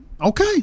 Okay